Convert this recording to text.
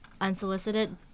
unsolicited